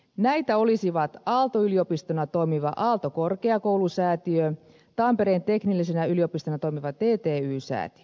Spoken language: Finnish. näitä olisivat aalto yliopistona toimiva aalto korkeakoulusäätiö ja tampereen teknillisenä yliopistona toimiva tty säätiö